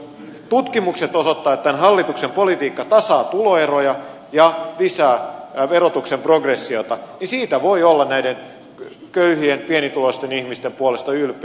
eli jos tutkimukset osoittavat että tämän hallituksen politiikka tasaa tuloeroja ja lisää verotuksen progressiota niin siitä voi olla näiden köyhien pienituloisten ihmisten puolesta ylpeä